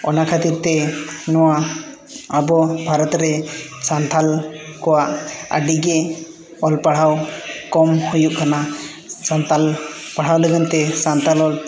ᱚᱱᱟ ᱠᱷᱟᱹᱛᱤᱨᱛᱮ ᱱᱚᱣᱟ ᱟᱵᱚ ᱵᱷᱟᱨᱚᱛ ᱨᱮ ᱥᱟᱱᱛᱟᱲ ᱠᱚᱣᱟᱜ ᱟᱹᱰᱤ ᱜᱮ ᱚᱞ ᱯᱟᱲᱦᱟᱣ ᱠᱚᱢ ᱦᱩᱭᱩᱜ ᱠᱟᱱᱟ ᱥᱟᱱᱛᱟᱲ ᱯᱟᱲᱦᱟᱣ ᱞᱟᱹᱜᱤᱫᱛᱮ ᱥᱟᱱᱛᱟᱲ ᱚᱞ